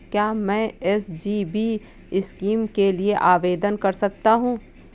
क्या मैं SGB scheme के लिए आवेदन कर सकता हूँ?